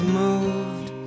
moved